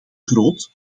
groot